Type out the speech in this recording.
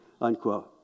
unquote